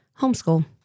homeschool